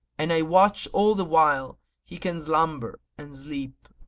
and i watch all the while he can slumber and sleep.